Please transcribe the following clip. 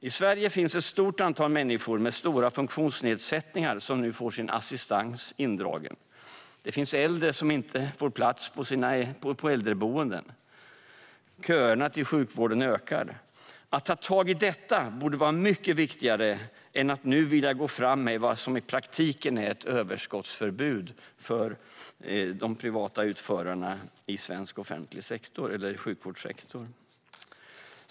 I Sverige finns ett stort antal människor med stora funktionsnedsättningar som nu får sin assistans indragen. Det finns äldre som inte får plats på äldreboenden. Köerna till sjukvården ökar. Att ta tag i detta borde vara mycket viktigare än att nu vilja gå fram med vad som i praktiken är ett överskottsförbud för de privata utförarna i svensk sjukvårdssektor.